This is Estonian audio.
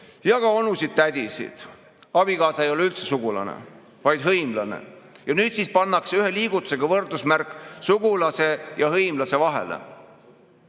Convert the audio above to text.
ja ka onusid‑tädisid. Abikaasa ei ole üldse sugulane, vaid hõimlane. Aga nüüd pannakse ühe liigutusega võrdusmärk sugulase ja hõimlase vahele.